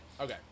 okay